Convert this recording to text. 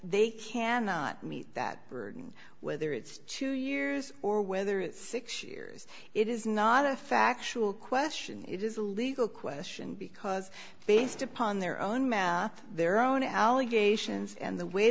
they cannot meet that burden whether it's two years or whether it's six years it is not a factual question it is a legal question because based upon their own math their own allegations and the way